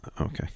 Okay